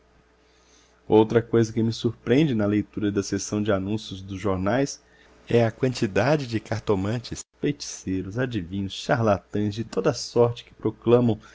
outra coisa que me surpreende na leitura da seção de anúncios dos jornais é a quantidade de cartomantes feiticeiros adivinhos charlatães de toda a sorte que proclamam